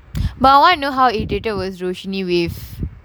now I know how irritated was she with